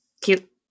Cute